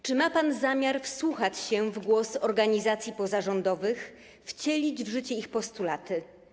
Czy ma pan zamiar wsłuchać się w głos organizacji pozarządowych, wcielić w życie ich postulaty?